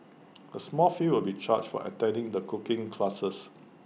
A small fee will be charged for attending the cooking classes